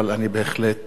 אבל אני בהחלט,